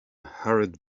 hurried